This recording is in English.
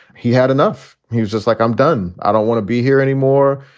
he had enough. he was just like, i'm done. i don't want to be here anymore.